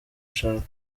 ashaka